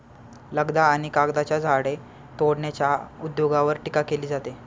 लगदा आणि कागदाच्या झाडे तोडण्याच्या उद्योगावर टीका केली जाते